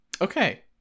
okay